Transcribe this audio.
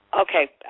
Okay